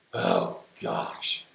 oh gosh,